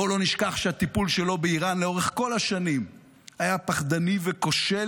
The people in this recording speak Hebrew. בואו לא נשכח שהטיפול שלו באיראן לאורך כל השנים היה פחדני וכושל,